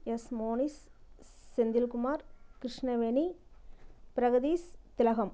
S Monish Senthil Kumar Krishnaveni Pragathish Thilagam